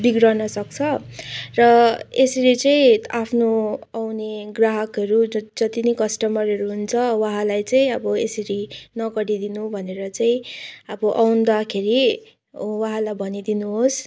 बिग्रन सक्छ र यसरी चाहिँ आफ्नो आउने ग्राहकहरू जत जति नै कस्टमरहरू हुन्छ उहाँलाई चाहिँ अब यसरी नगरिदिनु भनेर चाहिँ अब आउँदाखेरि उहाँलाई भनिदिनुहोस्